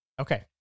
Okay